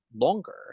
longer